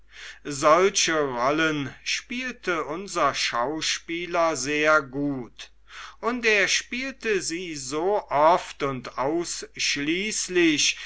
solche rollen spielte unser schauspieler sehr gut und er spielte sie so oft und ausschließlich